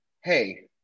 Hey